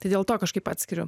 tai dėl to kažkaip atskiriu